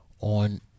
on